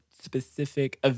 specific